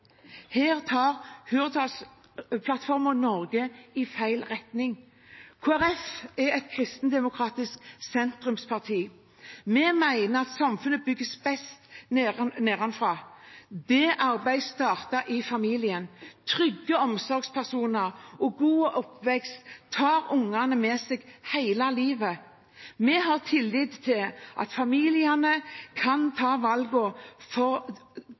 Her tar Hurdalsplattformen Norge i feil retning. Kristelig Folkeparti er et kristendemokratisk sentrumsparti. Vi mener at samfunnet bygges best nedenfra. Det arbeidet starter i familien. Trygge omsorgspersoner og en god oppvekst er noe ungene tar med seg hele livet. Vi har tillit til at familiene kan velge det som er best for